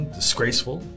disgraceful